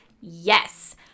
yes